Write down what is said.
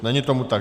Není tomu tak.